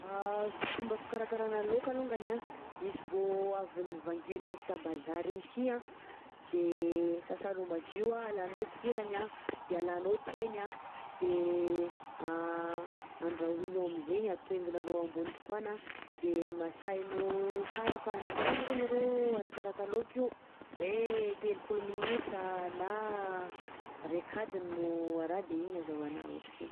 Fomba fikarakarana laoka alongany anh, izy vao avy nivangianao avy ta bazary igny si anh de sasanao madio anh, alanao kirany anh, de alanao tainy. _x000D_ De andrahoinao am'zaigny, atainginanao ambony tokoàna de masahinao sara fa ndraindraika monkony arô arakaraka laoka io, hoe telopolo minitra na raika adiny no araha, de igny azahoana otrikaina.